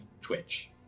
twitch